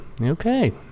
Okay